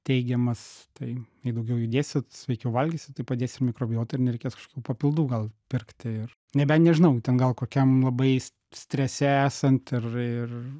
teigiamas tai jei daugiau judėsit sveikiau valgysit tai padės ir mikrobiotai ir nereikės kažkokių papildų gal pirkti ir nebent nežinau ten gal kokiam labai s strese esant ir ir